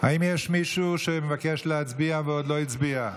האם יש מישהו שמבקש להצביע ועוד לא הצביע?